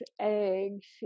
eggs